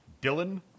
Dylan